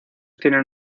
tienen